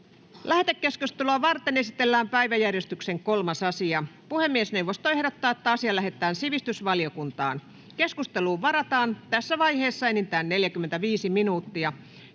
Lähetekeskustelua varten esitellään päiväjärjestyksen 4. asia. Puhemiesneuvosto ehdottaa, että asia lähetetään ympäristövaliokuntaan. Keskusteluun varataan tässä vaiheessa enintään 30 minuuttia.